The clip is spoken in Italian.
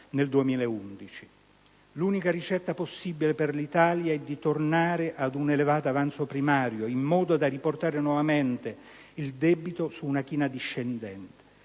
nel 2011. L'unica ricetta possibile per l'Italia è di tornare ad un elevato avanzo primario «in modo da riportare nuovamente il debito su una china discendente».